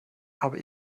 aber